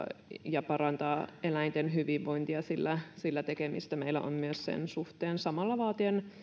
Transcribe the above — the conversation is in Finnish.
ja parantaa eläinten hyvinvointia sillä sillä tekemistä meillä on myös sen suhteen samalla vaatien